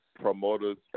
promoters